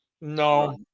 No